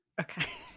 Okay